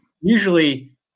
usually